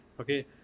Okay